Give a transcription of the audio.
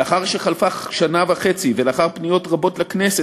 לאחר שחלפה שנה וחצי ולאחר פניות רבות לכנסת